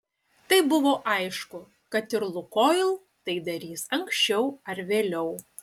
tai buvo aišku kad ir lukoil tai darys anksčiau ar vėliau